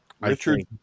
Richard